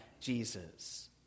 Jesus